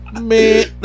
Man